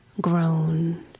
grown